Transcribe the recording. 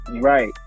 Right